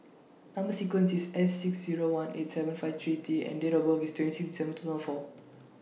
Number sequence IS S six Zero one eight seven five three T and Date of birth IS twenty six December two thousand four